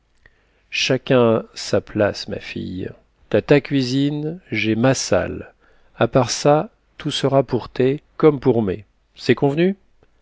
chacun sa place ma fille t'as ta cuisine j'ai ma salle a part ça tout sera pour té comme pour mé c'est convenu